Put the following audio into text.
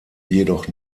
jedoch